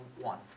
one